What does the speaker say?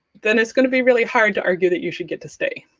then it's going to be really hard to argue that you should get to stay.